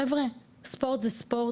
חבר'ה, ספורט זה ספורט.